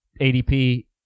ADP